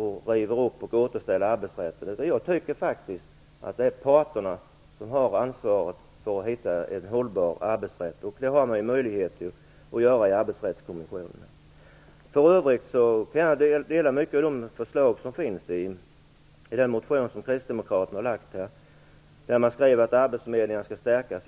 och river upp och återställer arbetsrätten beroende på vem som har majoritet. Jag tycker faktiskt att det är parterna som har ansvaret för att hitta en hållbar arbetsrätt. Det har man möjligheter att göra i Arbetsrättskommissionen. För övrigt tycker jag att många av de förslag som finns i den motion som kristdemokraterna har lagt här är bra. Man skriver att arbetsförmedlingarna skall stärkas.